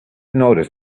noticed